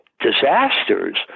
disasters